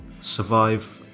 survive